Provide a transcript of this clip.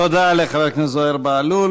תודה לחבר הכנסת זוהיר בהלול.